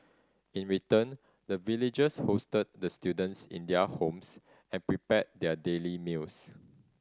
in return the villagers hosted the students in their homes and prepared their daily meals